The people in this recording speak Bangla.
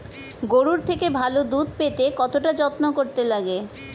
গরুর থেকে ভালো দুধ পেতে কতটা যত্ন করতে লাগে